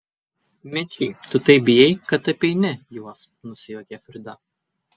mečy tu taip bijai kad apeini juos nusijuokė frida